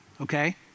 Okay